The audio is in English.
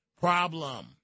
problem